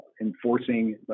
enforcing